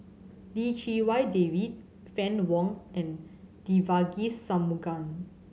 Lim Chee Wai David Fann Wong and Devagi Sanmugam